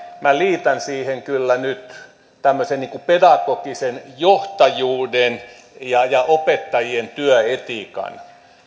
minä liitän siihen kyllä tämmöisen pedagogisen johtajuuden ja ja opettajien työetiikan